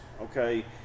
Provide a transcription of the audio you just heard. Okay